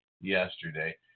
yesterday